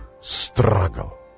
struggle